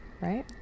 right